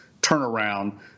turnaround